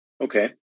Okay